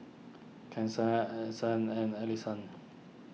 Kasen Addyson and Alesha